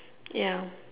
ya